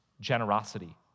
generosity